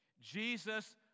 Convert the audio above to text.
Jesus